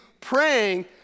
praying